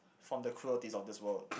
from the cruelties of this world